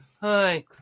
hi